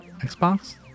Xbox